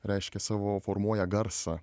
reiškia savo formuoja garsą